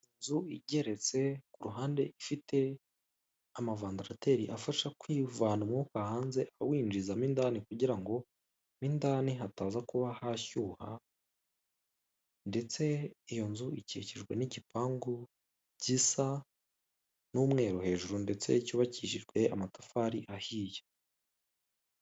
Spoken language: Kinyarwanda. Inzu igeretse ku ruhande ifite amavandarateri afasha kwivana umwuka hanze, awinjiza mo indani kugira ngo mo indani hataza kuba hashyuha, ndetse iyo nzu ikikijwe n'igipangu gisa umweru hejuru, ndetse cyubakishijwe n'amatafari ahiye.